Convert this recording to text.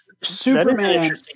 Superman